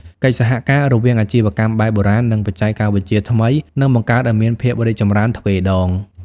កិច្ចសហការរវាងអាជីវកម្មបែបបុរាណ និងបច្ចេកវិទ្យាថ្មីនឹងបង្កើតឱ្យមានភាពរីកចម្រើនទ្វេដង។